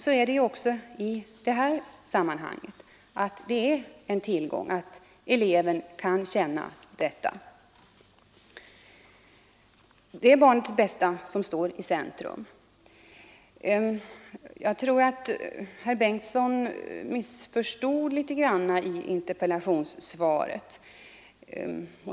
Så är det också i det här sammanhanget. Det är en tillgång för eleven att kunna känna detta förtroende, och det är barnets bästa som här står i centrum. Jag tror att herr Bengtsson i Göteborg litet grand missförstod interpellationssvaret.